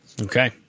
Okay